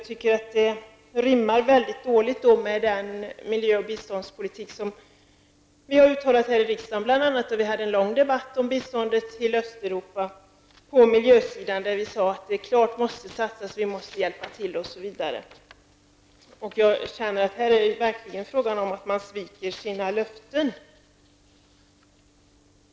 Det rimmar mycket illa med den miljö och biståndspolitik som vi har uttalat här i riksdagen. Vi hade bl.a. en lång debatt om biståndet till Östeuropa på miljösidan, där vi klart sade att det måste satsas, att vi måste hjälpa till osv. Jag känner att det verkligen är fråga om att man sviker sina löften.